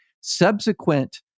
Subsequent